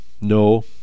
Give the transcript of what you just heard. No